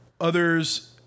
Others